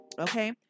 Okay